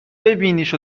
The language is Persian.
ببینیش